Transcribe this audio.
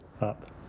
up